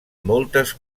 moltes